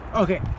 Okay